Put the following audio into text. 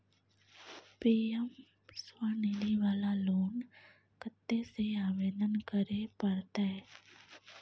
PM Svanidhi वाला loan कत्ते से आवेदन करे परतै?